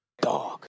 Dog